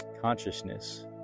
consciousness